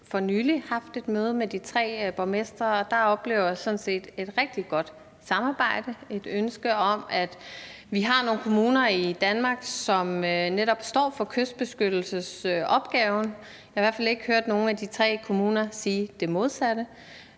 for nylig haft et møde med de tre borgmestre, og der oplevede jeg sådan set et rigtig godt samarbejde – et ønske om, at vi har nogle kommuner i Danmark, som netop står for kystbeskyttelsesopgaven. Jeg har i hvert fald ikke hørt nogen af de tre kommuner sige det modsatte.